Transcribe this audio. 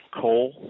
Coal